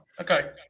Okay